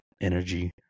energy